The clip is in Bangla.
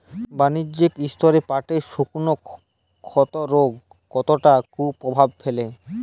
বাণিজ্যিক স্তরে পাটের শুকনো ক্ষতরোগ কতটা কুপ্রভাব ফেলে?